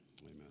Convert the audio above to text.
amen